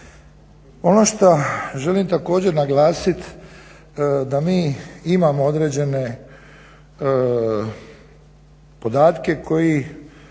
Ono šta želim također naglasit, da mi imamo određene podatke koji